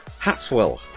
Hatswell